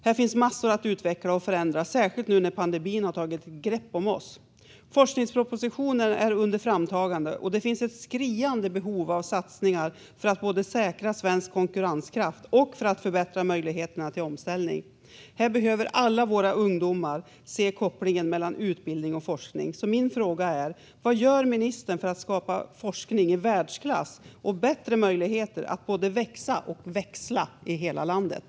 Här finns massor att utveckla och förändra, särskilt nu när pandemin har tagit ett grepp om oss. Forskningspropositionen är under framtagande, och det finns ett skriande behov av satsningar för att både säkra svensk konkurrenskraft och förbättra möjligheterna till omställning. Här behöver alla våra ungdomar se kopplingen mellan utbildning och forskning. Min fråga är därför: Vad gör ministern för att skapa forskning i världsklass och bättre möjligheter att både växa och växla i hela landet?